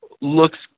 looks